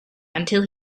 until